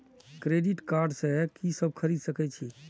Credit card से की सब खरीद सकें छी?